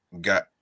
got